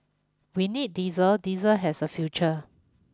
we need diesel diesel has a future